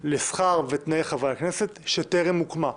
לשכר ותנאי חברי הכנסת, שטרם הוקמה.